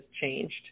changed